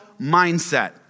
Mindset